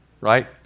right